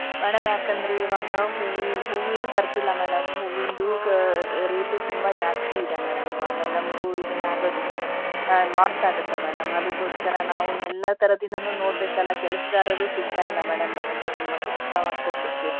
madam ಯಾಕೆಂದರೆ ಇವಾಗ ಹೂವಿ ಹೂವೇ ಬರ್ತಿಲ್ಲ ಮೇಡಮ್ ಹೂವಿನದು ಕ ರೇಟ್ ತುಂಬ ಜಾಸ್ತಿ ಇದೆ ಮೇಡಮ್ ಇವಾಗ ನಮಗೂ ಇದನ್ನು ಆಗೋದಿಲ್ಲ ಲಾಸ್ ಆಗುತ್ತೆ ಮೇಡಮ್ ಅದಕ್ಕೋಸ್ಕರ ನಾವು ಎಲ್ಲ ಥರದಿಂದಲೂ ನೋಡಬೇಕಲ್ಲ ಕೆಲಸಗಾರರು ಸಿಗ್ತಾಯಿಲ್ಲ ಮೇಡಮ್ ನಮಗೆ ಕೆಲಸ ಮಾಡಿಕೊಡ್ಲಿಕ್ಕೆ